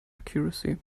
accuracy